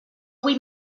avui